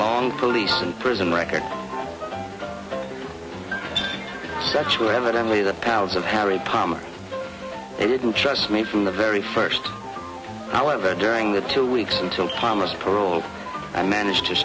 a long police and prison record such were evidently the powers of harry palmer he didn't trust me from the very first however during the two weeks until palmer's parole i managed to